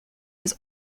his